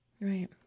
Right